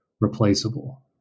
replaceable